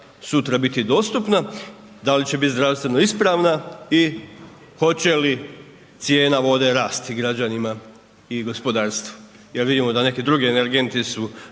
da li će biti zdravstveno ispravna i hoće li cijena vode rasti građanima i gospodarstvu jer vidimo da neki drugi energenti su